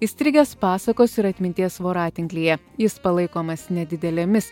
įstrigęs pasakos ir atminties voratinklyje jis palaikomas nedidelėmis